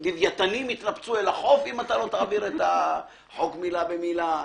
לווייתנים יתנפצו אל החוף אם לא תעביר את החוק מילה במילה.